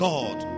God